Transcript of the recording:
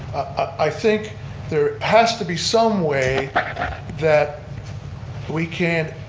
i think there has to be some way that we can,